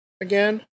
again